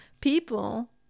People